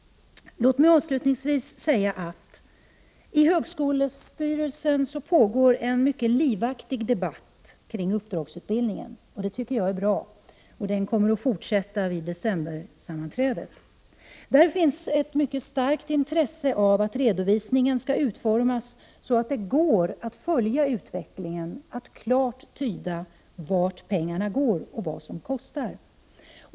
Avslutningsvis vill jag säga att det i högskolestyrelsen pågår en mycket livaktig debatt om uppdragsutbildningen, och det tycker jag är bra. Debatten kommer att fortsätta vid decembersammanträdet. Det finns ett mycket starkt intresse av att redovisningen skall utformas så att det går att följa utvecklingen, att klart tyda vart pengarna går och vad som kostar.